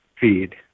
feed